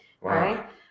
right